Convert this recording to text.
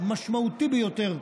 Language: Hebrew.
המשמעותי ביותר,